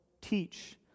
teach